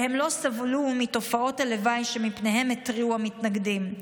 והם לא סבלו מתופעות הלוואי שמפניהן התריעו המתנגדים.